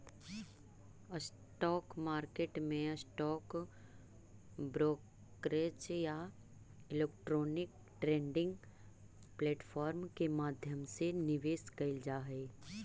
stock market में stock brokerage या electronic trading platform के माध्यम से निवेश कैल जा हइ